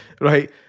Right